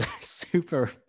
super